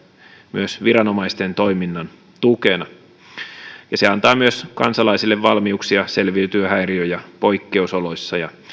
myös viranomaisten toiminnan tukena se antaa myös kansalaisille valmiuksia selviytyä häiriö ja poikkeusoloissa ja